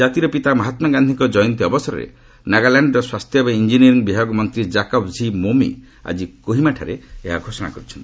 ଜାତୀର ପିତା ମହାତ୍କା ଗାନ୍ଧୀଙ୍କ ଜୟନ୍ତୀ ଅବସରରେ ନାଗାଲାଣ୍ଡର ସ୍ୱାସ୍ଥ୍ୟ ଏବଂ ଇଞ୍ଜିନିୟରିଂ ବିଭାଗ ମନ୍ତ୍ରୀ ଜାକବ୍ ଝି ମୋମି ଆଜି କୋହିମାଠାରେ ଏହା ଘୋଷଣା କରିଛନ୍ତି